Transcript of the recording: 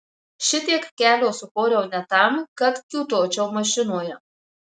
šitiek kelio sukoriau ne tam kad kiūtočiau mašinoje